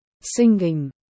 singing